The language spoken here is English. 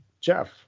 jeff